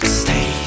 stay